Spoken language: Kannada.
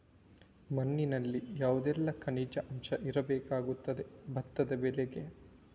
ಮಣ್ಣಿನಲ್ಲಿ ಯಾವುದೆಲ್ಲ ಖನಿಜ ಅಂಶ ಇರಬೇಕಾಗುತ್ತದೆ ಭತ್ತದ ಬೆಳೆಗೆ?